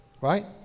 right